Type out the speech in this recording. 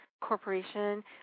corporation